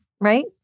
right